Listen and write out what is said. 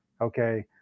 okay